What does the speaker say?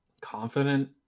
confident